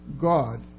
God